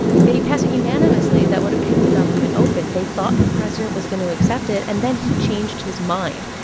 they passed it unanimously. that would have kept the government open. they thought the president was going to accept it, and then he changed his mind,